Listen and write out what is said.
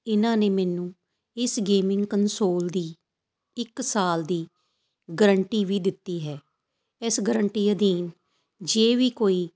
ਇਹਨਾਂ ਨੇ ਮੈਨੂੰ ਇਸ ਗੇਮਿੰਗ ਕਨਸੋਲ ਦੀ ਇੱਕ ਸਾਲ ਦੀ ਗਰੰਟੀ ਵੀ ਦਿੱਤੀ ਹੈ ਇਸ ਗਰੰਟੀ ਅਧੀਨ ਜੇ ਵੀ ਕੋਈ